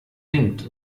denkt